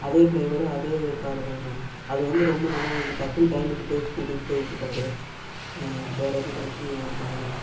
அதே ட்ரைவரு அதே காருதான்ணா அது வந்து ரொம்ப நல்லாயிருந்துச்சு டக்குன்னு டைமுக்கு போய் கூட்டிட்டு போய் விட்டுட்டாரு வேறு எந்த பிரச்சனையும் பண்ணலை